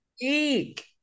Eek